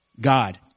God